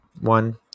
one